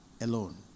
alone